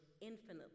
infinitely